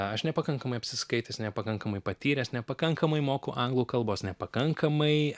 aš nepakankamai apsiskaitęs nepakankamai patyręs nepakankamai moku anglų kalbos nepakankamai